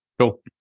Cool